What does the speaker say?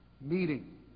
meeting